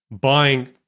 buying